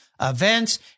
events